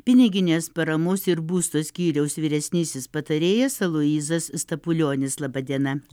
piniginės paramos ir būsto skyriaus vyresnysis patarėjas aloyzas stapulionis laba diena